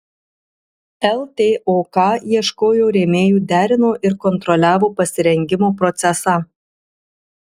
ltok ieškojo rėmėjų derino ir kontroliavo pasirengimo procesą